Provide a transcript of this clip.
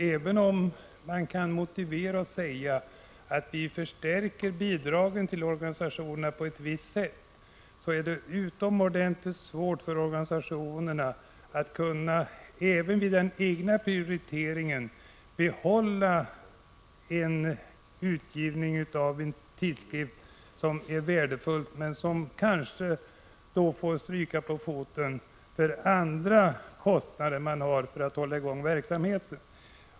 Även om man kan anföra motivet att bidragen till organisationerna förstärks på visst annat sätt, är det utomordentligt svårt för organisationerna att ens vid den egna prioriteringen kunna fortsätta med utgivningen av en tidskrift som är värdefull. Den får kanske stryka på foten för andra kostnader man har för att hålla i gång verksamheten.